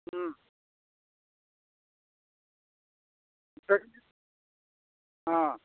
অঁ